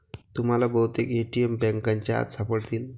तुम्हाला बहुतेक ए.टी.एम बँकांच्या आत सापडतील